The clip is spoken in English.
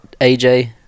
AJ